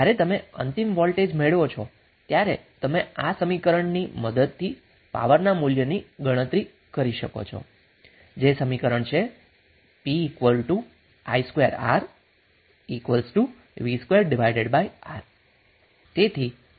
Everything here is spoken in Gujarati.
જ્યારે તમે અંતિમ વોલ્ટેજ મેળવો છો ત્યારે તમે આ સમીકરણની મદદથી પાવરના મૂલ્યની ગણતરી કરી શકો છો જે સમીકરણ p i2R v2R છે